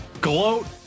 gloat